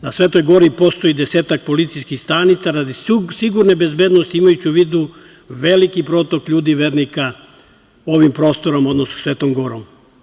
Na Svetoj Gori postoji desetak policijskih stanica radi sigurne bezbednosti, imajući u vidu veliki protok ljudi vernika ovim prostorom, odnosno Svetom Gorom.